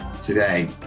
today